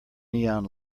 neon